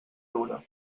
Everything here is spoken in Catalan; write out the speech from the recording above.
dura